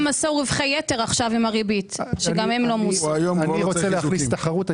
גם מס רווחי יתר עכשיו --- אני רוצה להכניס תחרות,